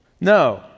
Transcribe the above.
No